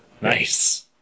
Nice